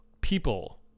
people